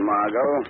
Margot